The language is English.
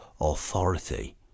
authority